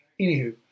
Anywho